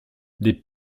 des